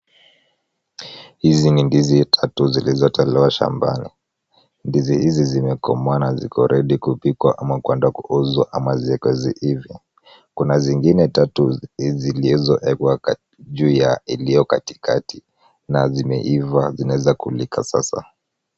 Hizi ni ndizi tatu zilizo tolewa shambani. Ndizi hizi zimekomaa na ziko ready kupikwa ama kuenda kuuzwa ama ziwekwe ziive. Kuna zingine tatu zilizoekwa juu ya iliyo katikati na zimeiva zinaeza kuliwa sasa.